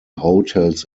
hotels